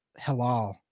Halal